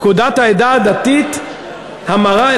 פקודת העדה הדתית (המרה),